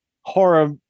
horror